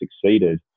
succeeded